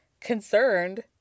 concerned